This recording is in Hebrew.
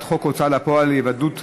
חוק ההוצאה לפועל (היוועדות חזותית)